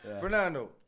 Fernando